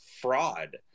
fraud